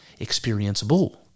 experienceable